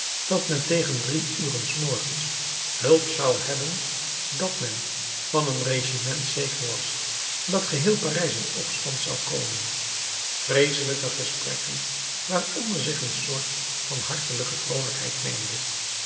dat men tegen drie uren s morgens hulp zou hebben dat men van een regiment zeker was dat geheel parijs in opstand zou komen vreeselijke gesprekken waaronder zich een soort van hartelijke vroolijkheid mengde